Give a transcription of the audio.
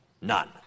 none